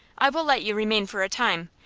i will let you remain for a time,